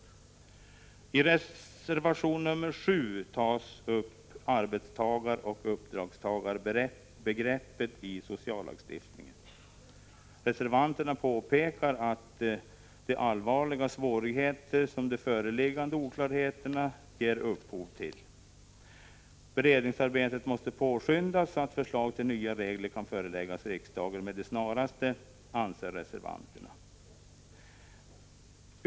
I reservation 7 tas upp arbetstagaroch uppdragstagarbegreppet i sociallagstiftningen. Reservanterna påpekar de allvarliga svårigheter som de föreliggande oklarheterna ger upphov till. Beredningsarbetet måste påskyndas så att förslag till nya regler kan föreläggas riksdagen med det snaraste, anser reservanterna.